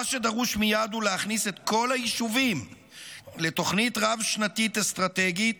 מה שדרוש מייד הוא להכניס את כל היישובים לתוכנית רב-שנתית אסטרטגית